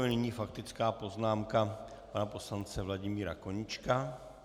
Nyní faktická poznámka pana poslance Vladimíra Koníčka.